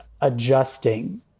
adjusting